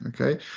okay